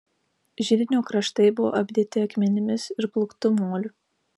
židinio kraštai buvo apdėti akmenimis ir plūktu moliu